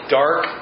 dark